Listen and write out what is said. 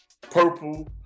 purple